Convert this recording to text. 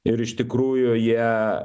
ir iš tikrųjų jie tam